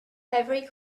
every